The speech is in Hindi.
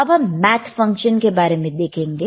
अब हम मैथ फंक्शन के बारे में देखेंगे